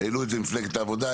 העלו את זה מפלגת העבודה,